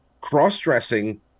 Cross-dressing